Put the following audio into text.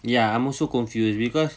ya I'm also confused because